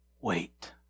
wait